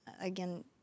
again